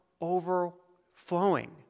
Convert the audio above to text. overflowing